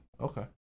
Okay